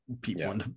People